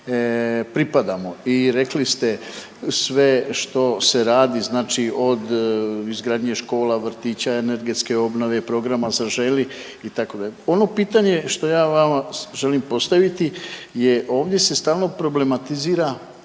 pripadamo i rekli ste sve što se radi, znači od izgradnje škola, vrtića, energetske obnove, programa Zaželi, itd. Ono pitanje što ja vama želim postaviti je, ovdje se stalno problematizira